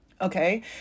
Okay